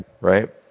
right